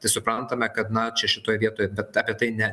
tai suprantame kad na čia šitoj vietoj bet apie tai ne